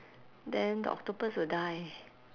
then the octopus will die